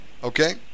Okay